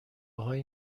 های